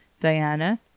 Diana